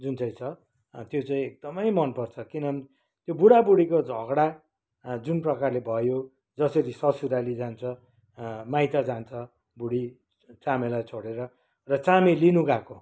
जुन चाहिँ छ त्यो चाहिँ एकदमै मनपर्छ किनभने त्यो बुढाबुढीको झगडा हा जुन प्रकारले भयो जसरी ससुराली जान्छ माइत जान्छ बुढी चामेलाई छोडेर र चामे लिनुगएको